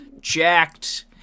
jacked